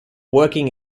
working